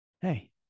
Hey